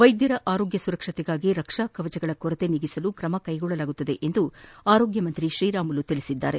ವೈದ್ಯರ ಆರೋಗ್ಯ ಸುರಕ್ಷತೆಗಾಗಿ ರಕ್ಷಾ ಕವಚಗಳ ಕೊರತೆ ನೀಗಿಸಲು ಕ್ಷೆಗೊಳ್ಳಲಾಗುವುದು ಎಂದು ಆರೋಗ್ಯ ಸಚಿವ ಶ್ರೀರಾಮುಲು ತಿಳಿಸಿದರು